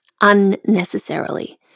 unnecessarily